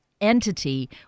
entity